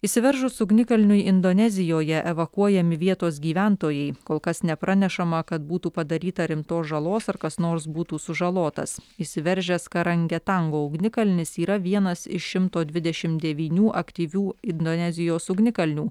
išsiveržus ugnikalniui indonezijoje evakuojami vietos gyventojai kol kas nepranešama kad būtų padaryta rimtos žalos ar kas nors būtų sužalotas išsiveržęs karangetango ugnikalnis yra vienas iš šimto dvidešimt devynių aktyvių indonezijos ugnikalnių